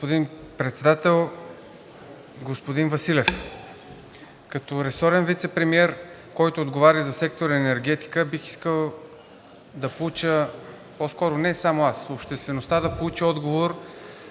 Господин Председател! Господин Василев, като ресорен вицепремиер, който отговаря за сектор „Енергетика“, бих искал да получа, по-скоро не само аз – обществеността да получи отговор